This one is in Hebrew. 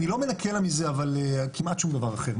אני לא מנכה לה מזה אבל כמעט שום דבר אחר.